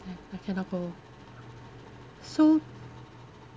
I I cannot go so